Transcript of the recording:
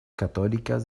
católicas